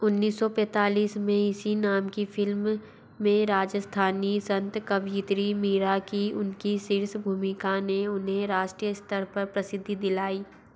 उन्नीस सो पैतालीस में इसी नाम की फ़िल्म में राजस्थानी संत कवयित्री मीरा की उनकी शीर्ष भूमिका ने उन्हें राष्ट्रीय स्तर पर प्रसिद्धि दिलाई